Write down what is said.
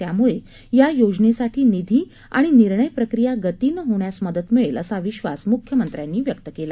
त्यामुळे या योजनेसाठी निधी आणि निर्णय प्रक्रिया गतीनं होण्यास मदत मिळेल असा विश्वास मुख्यमंत्र्यांनी यावेळी व्यक्त केला